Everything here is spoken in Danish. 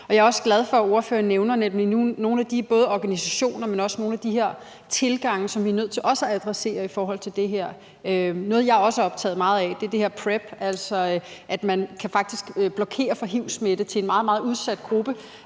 jeg er også glad for, at ordføreren nævner nogle af de organisationer, men også nogle af de her tilgange, som vi også er nødt til at adressere i forhold til det her. Noget, jeg også er meget optaget af, er det her PrEP, altså at man faktisk kan blokere for hiv-smitte for en meget, meget udsat gruppe.